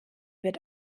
wird